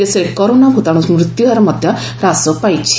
ଦେଶରେ କରୋନା ଭୂତାଣୁ ମୃତ୍ୟୁହାର ମଧ୍ୟ ହ୍ରାସ ପାଇଛି